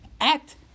act